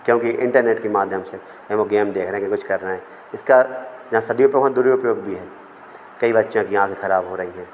क्योंकि इंटरनेट के माध्यम से कहीं वह गेम देख रहे कि कुछ कर रहे हैं इसका जहाँ सदुपयोग वहाँ दुरुपयोग भी है कई बच्चों की आँखें ख़राब हो रहीं हैं